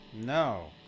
No